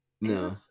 No